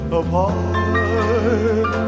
apart